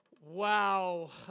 Wow